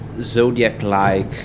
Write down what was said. Zodiac-like